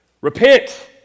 Repent